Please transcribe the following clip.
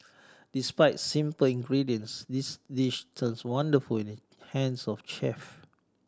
despite simple ingredients this dish turns wonderful in the hands of chef